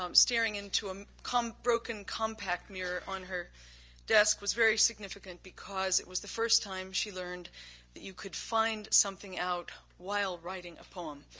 um staring into um a broken compact mirror on her desk was very significant because it was the first time she learned that you could find something out while writing a poem.